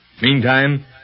Meantime